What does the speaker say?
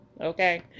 Okay